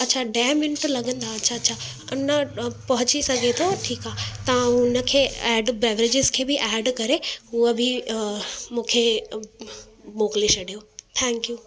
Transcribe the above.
अछा ॾह मिंट लॻंदा अछा न पहुची सघे थो ठीकु आहे तव्हां उन खे एड बेवरेजेस खे बि एड करे उहो बि मूंखे मोकिले छॾियो थैंक्यू